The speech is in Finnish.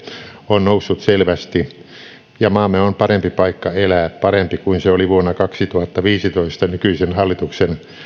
on noussut selvästi ja maamme on parempi paikka elää parempi kuin se oli vuonna kaksituhattaviisitoista nykyisen hallituksen